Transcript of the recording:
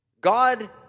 God